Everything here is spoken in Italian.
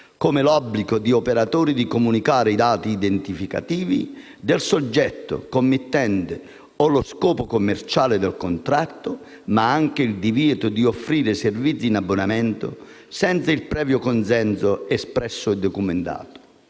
come l'obbligo per gli operatori di comunicare i dati identificativi del soggetto committente e lo scopo commerciale del contatto, ma anche il divieto di offrire servizi in abbonamento senza il previo consenso, espresso e documentato.